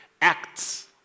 acts